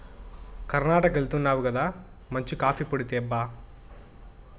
కర్ణాటకెళ్తున్నావు గదా మంచి కాఫీ పొడి తేబ్బా